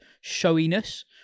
showiness